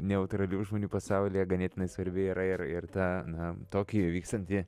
neutralių žmonių pasaulyje ganėtinai svarbi yra ir ir ta nuo tokijuj vyksianti